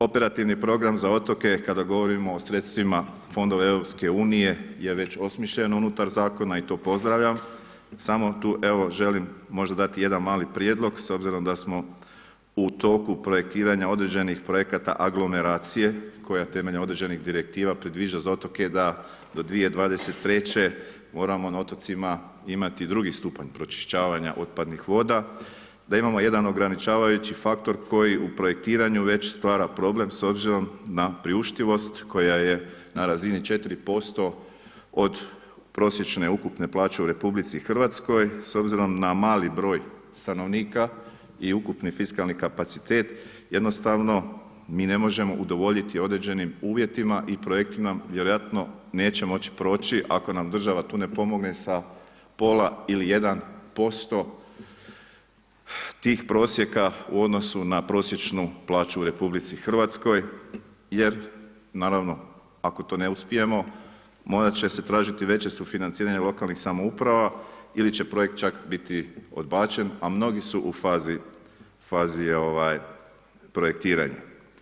Operativni program za otoke, kada govorimo o sredstvima fondova EU je već osmišljen unutar Zakona i to pozdravljam, samo tu evo, želim možda dati jedan mali prijedlog, s obzirom da smo u tijeku projektiranja određenih projekata aglomeracije koja temeljem određenih direktiva predviđa za otoke da do 2023. moramo na otocima imati drugi stupanj pročišćavanja otpadnih voda, da imamo jedan ograničavajući faktor u projektiranju već stvara s problem s obzirom na priuštivost koja je na razini 4% od prosječne ukupne plaće u RH, s obzirom na mali broj stanovnika i ukupni fiskalni kapacitet jednostavno mi ne može udovoljiti određenim uvjetima i projektima vjerojatno neće moći proći ako nam država tu ne pomogne sa pola i 1% tih prosjeka u odnosu na prosječnu plaću u RH jer naravno, ako to ne uspijemo, morat će se tražiti veće sufinanciranje lokalnih samouprava ili će projekt čak biti odbačen, a mnogi su u fazi projektiranja.